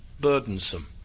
burdensome